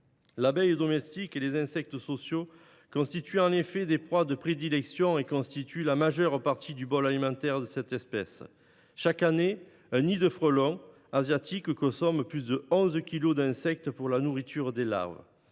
L’abeille domestique et les insectes sociaux constituent en effet les proies de prédilection et la majeure partie du bol alimentaire de cette espèce. Chaque année, un nid de frelons asiatiques consomme plus de onze kilogrammes d’insectes pour la nourriture de ses larves.